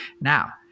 now